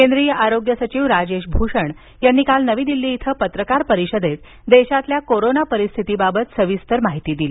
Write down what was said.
केंद्रीय आरोग्य सचिव राजेश भूषण यांनी काल नवी दिल्लीत पत्रकार परिषदेत देशातल्या कोरोना परिस्थितीबाबत सविस्तर माहिती दिली